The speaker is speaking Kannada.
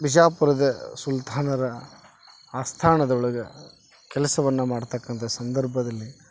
ಬಿಜಾಪುರದ ಸುಲ್ತಾನರ ಆಸ್ಥಾನದೊಳಗ ಕೆಲಸವನ್ನ ಮಾಡ್ತಕ್ಕಂಥ ಸಂದರ್ಭದಲ್ಲಿ